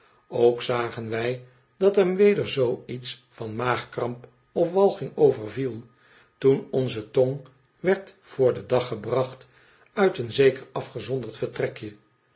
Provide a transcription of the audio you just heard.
ook zagen wij dat hem weder zoo iets van maagkramp of walging overviel toen onze tong werd voor den dag gebracht uit een zeker afgezonderd vertrekje